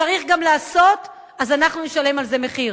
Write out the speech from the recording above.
צריך גם לעשות, אז אנחנו נשלם על זה מחיר.